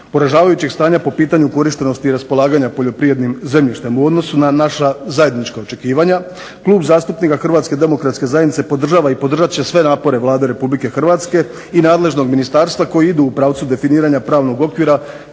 poražavajućeg stanja po pitanju korištenosti i raspolaganja poljoprivrednim zemljištem u odnosu na naša zajednička očekivanja, Klub zastupnika Hrvatske demokratske zajednice podržava i podržat će sve napore Vlade Republike Hrvatske i nadležnog ministarsta koji idu u pravcu definiranja pravnog okvira